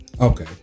Okay